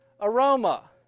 aroma